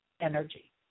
energy